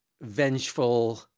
vengeful